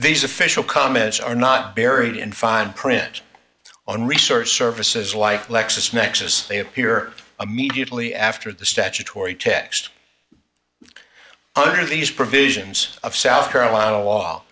these official comments are not buried in fine print on research services like lexis nexis they appear immediately after the statutory text under these provisions of south carolina law